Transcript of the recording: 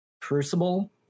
crucible